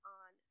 on